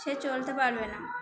সে চলতে পারবে না